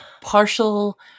partial